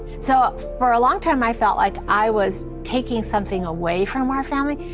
so for a long time i felt like i was taking something away from my family.